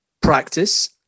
practice